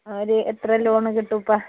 ഒരു എത്ര ലോണ് കിട്ടും ഇപ്പം